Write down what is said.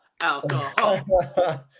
alcohol